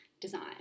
design